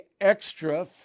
extra